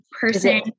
person